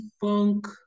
funk